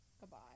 Goodbye